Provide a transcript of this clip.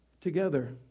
together